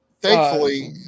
Thankfully